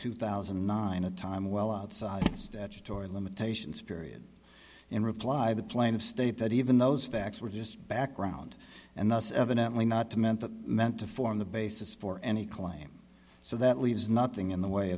two thousand and nine a time well outside statutory limitations period in reply the plan of state that even those facts were just background and thus evidently not to meant that meant to form the basis for any claim so that leaves nothing in the way